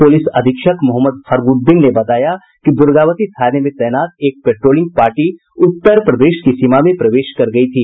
police अधीक्षक मोहम्मद फरोगुद्दीन ने बताया कि दुर्गावती थाने में तैनात एक पेट्रोलिंग पार्टी उत्तर प्रदेश की सीमा में प्रवेश कर गयी थी